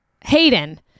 Hayden